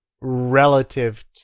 relative